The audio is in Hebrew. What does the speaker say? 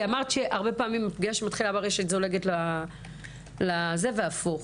אמרת שהפגיעות זולגות לשני הכיוונים.